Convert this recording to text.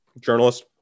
journalist